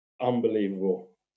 unbelievable